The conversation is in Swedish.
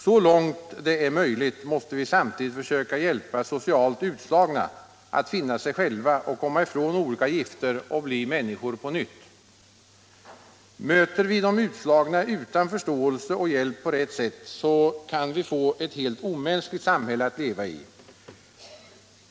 Så långt det är möjligt måste vi samtidigt försöka hjälpa socialt utslagna att finna sig själva och komma ifrån olika gifter och bli människor på nytt. Möter vi de utslagna utan förståelse och hjälp på rätt sätt, så kan vi få ett helt omänskligt samhälle att leva i.